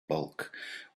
bulk